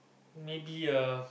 maybe uh